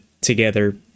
together